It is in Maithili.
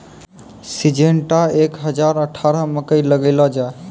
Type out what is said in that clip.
सिजेनटा एक हजार अठारह मकई लगैलो जाय?